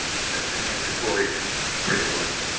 session in before we break for lunch.